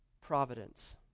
providence